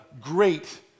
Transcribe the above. great